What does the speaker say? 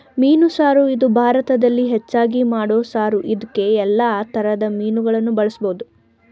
ಮೀನು ಸಾರು ಇದು ಭಾರತದಲ್ಲಿ ಹೆಚ್ಚಾಗಿ ಮಾಡೋ ಸಾರು ಇದ್ಕೇ ಯಲ್ಲಾ ತರದ್ ಮೀನುಗಳನ್ನ ಬಳುಸ್ಬೋದು